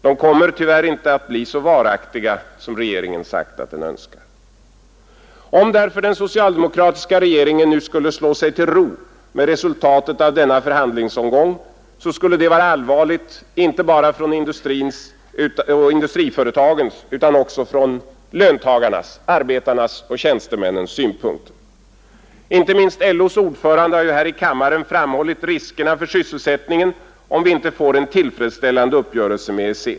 De kommer tyvärr inte att bli så varaktiga som regeringen sagt att den önskar. Om därför den socialdemokratiska regeringen nu skulle slå sig till ro med resultatet av denna förhandlingsomgång, skulle det vara allvarligt inte bara från industriföretagens utan också från löntagarnas — arbetarnas och tjänstemännens — synpunkt. Inte minst LO:s ordförande har här i kammaren framhållit riskerna för sysselsättningen om vi inte får en tillfredsställande uppgörelse med EEC.